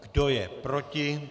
Kdo je proti?